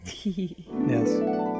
Yes